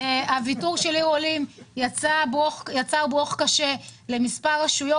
הוויתור על עיר עולים יצר ברוך קשה למספר רשויות.